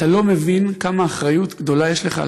אתה לא מבין איזו אחריות גדולה יש לך על